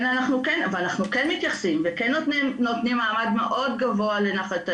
אבל אנחנו כן מתייחסים וכן נותנים מעמד מאוד גבוה לנחל תנינים.